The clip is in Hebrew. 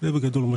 זה בגדול.